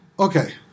Okay